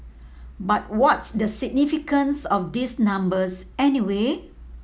but what's the significance of these numbers anyway